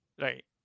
right